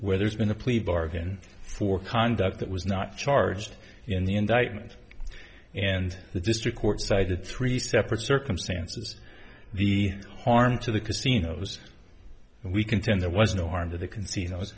where there's been a plea bargain for conduct that was not charged in the indictment and the district court cited three separate circumstances the harm to the casinos and we contend there was no harm to the c